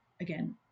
again